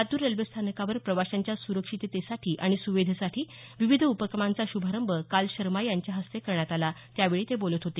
Latur railway स्थानकावर प्रवाशांच्या सुरक्षिततेसाठी आणि सुविधेसाठी विविध उपक्रमाचा शुभारंभ काल शर्मा यांच्या हस्ते करण्यात आला त्यावेळी ते बोलत होते